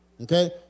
Okay